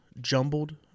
jumbled